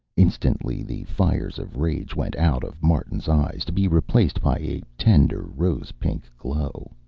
instantly the fires of rage went out of martin's eyes, to be replaced by a tender, rose-pink glow.